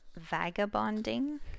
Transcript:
Vagabonding